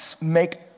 make